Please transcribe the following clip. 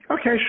Okay